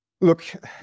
Look